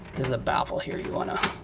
there's a baffle here, you wanna